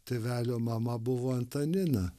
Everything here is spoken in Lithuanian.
tėvelio mama buvo antanina